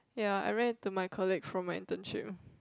ya I ran to my colleague from my internship